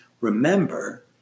remember